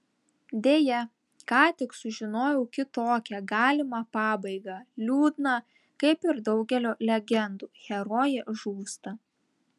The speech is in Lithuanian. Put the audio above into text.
deja ką tik sužinojau kitokią galimą pabaigą liūdną kaip ir daugelio legendų herojė žūsta